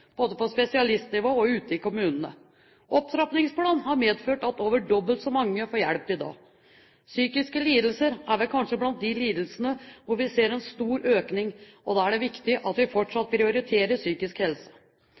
både på spesialistnivå og ute i kommunene. Opptrappingsplanen har medført at over dobbelt så mange får hjelp i dag. Psykiske lidelser er vel kanskje blant de lidelsene hvor vi ser en stor økning, og da er det viktig at vi fortsatt prioriterer psykisk helse.